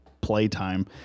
playtime